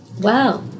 Wow